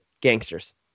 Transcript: gangsters